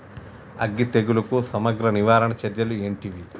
అగ్గి తెగులుకు సమగ్ర నివారణ చర్యలు ఏంటివి?